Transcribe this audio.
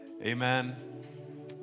Amen